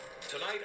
Tonight